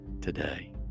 today